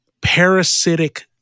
parasitic